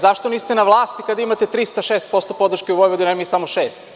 Zašto niste na vlasti kada imate 306% podrške u Vojvodini, a mi samo 6?